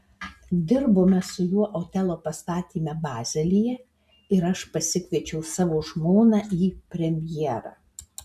dirbome su juo otelo pastatyme bazelyje ir aš pasikviečiau savo žmoną į premjerą